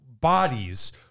bodies